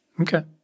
Okay